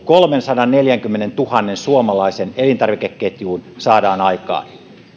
kolmensadanneljänkymmenentuhannen suomalaisen elintarvikeketjuun saadaan aikaan